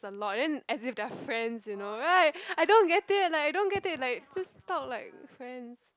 a lot then as if they're friends you know right I don't get it like I don't get it like just talk like friends